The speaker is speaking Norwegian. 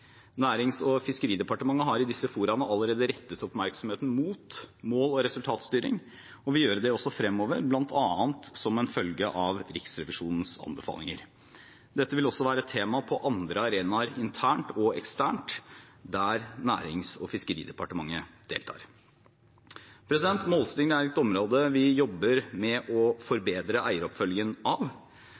Nærings- og fiskeridepartementet har i disse foraene allerede rettet oppmerksomheten mot mål- og resultatstyring og vil gjøre det også fremover, bl.a. som en følge av Riksrevisjonens anbefalinger. Dette vil også være et tema på andre arenaer internt og eksternt der Nærings- og fiskeridepartementet deltar. Målstyring er et område vi jobber med å forbedre eieroppfølgingen av.